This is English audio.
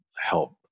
help